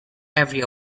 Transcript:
every